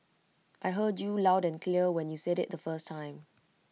I heard you loud and clear when you said IT the first time